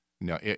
No